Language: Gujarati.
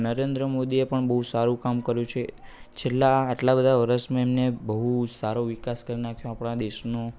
નરેન્દ્ર મોદીએ પણ બહુ સારું કામ કર્યું છે છેલ્લા આટલા બધા વરસમાં એમને બહુ સારો વિકાસ કરી નાખ્યો આપણા દેશનો